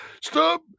Stop